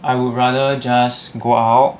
I would rather just go out